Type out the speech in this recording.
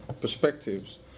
perspectives